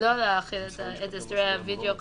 לא להחיל את הסדרי הווידיאו קונפרנס,